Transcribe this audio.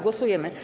Głosujemy.